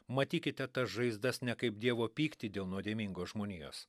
matykite tas žaizdas ne kaip dievo pyktį dėl nuodėmingos žmonijos